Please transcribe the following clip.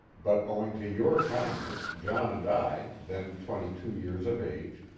but owing to your kindness john and i, then twenty-two years of age,